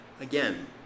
again